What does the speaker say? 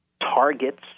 targets